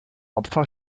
opfer